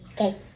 Okay